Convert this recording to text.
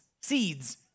seeds